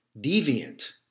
deviant